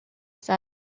said